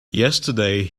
yesterday